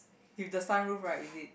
with the sunroof right is it